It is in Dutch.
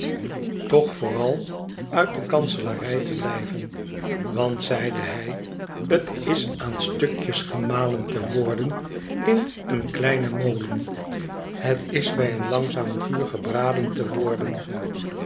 toch vooral uit de kanselarij te blijven want zeide hij het is aan stukjes gemalen te worden in een kleinen molen het is bij een langzaam vuur gebraden te worden